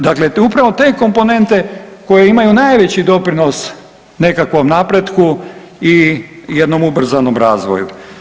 Dakle, upravo te komponente koje imaju najveći doprinos nekakvom napretku i jednom ubrzanom razvoju.